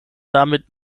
damit